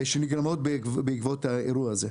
שנגרמות בעקבות האירוע הזה.